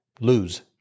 lose